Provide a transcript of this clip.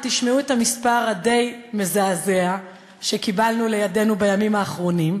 ותשמעו את המספר הדי-מזעזע שקיבלנו לידינו בימים האחרונים,